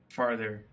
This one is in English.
farther